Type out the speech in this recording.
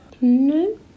No